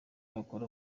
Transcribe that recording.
bakora